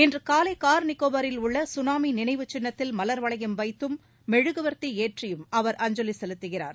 இன்று கூலை கார்நிகோபாரில் உள்ள சுனாமி நினைவுச் சின்னத்தில் மலர்வளையம் வைத்தும் மெழுகுவர்த்தி ஏற்றி அவர் அஞ்சலி செலுத்துகிறார்